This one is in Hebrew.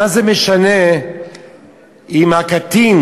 מה זה משנה אם הקטין,